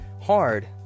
hard